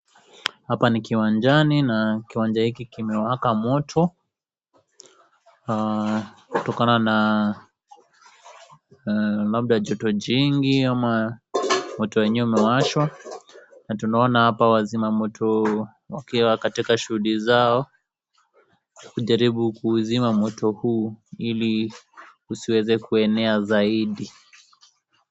Hapa ni kiwanjani, na kiwanja hiki kimewaka moto, kutokana na labda joto jingi ama moto wenyewe umewashwa. Na tunaona hapa wazima moto wakiwa katika shuhudi zao kujaribu kuuzima moto huu ili usiweze kuenena zaidi.